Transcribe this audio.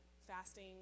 fasting